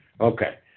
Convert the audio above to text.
Okay